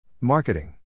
Marketing